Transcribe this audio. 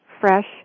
Fresh